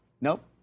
Nope